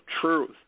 truth